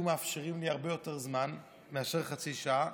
מאפשרים לי הרבה יותר זמן מאשר חצי שעה,